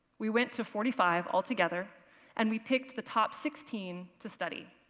we went to forty five altogether and we picked the top sixteen to study.